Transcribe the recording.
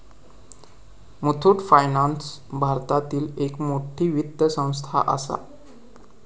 Muthoot finance भारतातली एक मोठी वित्त संस्था आसा